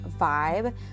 vibe